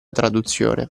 traduzione